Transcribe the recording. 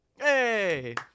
hey